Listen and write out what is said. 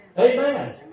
Amen